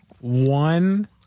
one